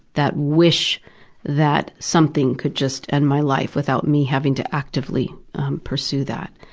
that wish that something could just end my life without me having to actively pursue that.